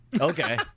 Okay